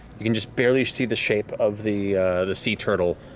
you can just barely see the shape of the the sea turtle,